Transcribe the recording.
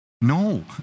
No